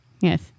Yes